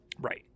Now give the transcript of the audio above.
Right